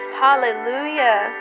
hallelujah